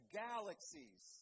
galaxies